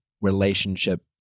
relationship